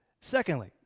Secondly